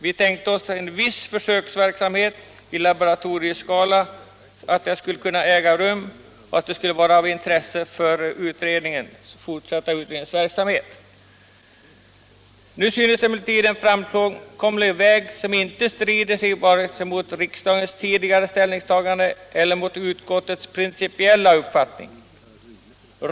Vi tänkte oss att en viss försöksverksamhet i laboratorieskala skulle ha kunnat vara av intresse just för utredningens fortsatta verksamhet. Nu synes det emellertid finnas en framkomlig väg, som inte strider mot vare sig riksdagens tidigare ställningstaganden eller utskottets principiella uppfattning.